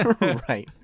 Right